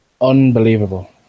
Unbelievable